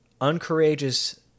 uncourageous